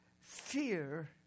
fear